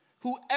whoever